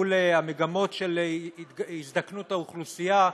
מול המגמות של הזדקנות האוכלוסייה,